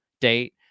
date